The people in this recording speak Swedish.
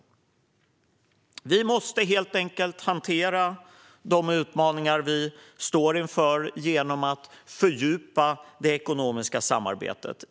Vi måste helt enkelt hantera de utmaningar vi står inför genom att fördjupa det ekonomiska samarbetet.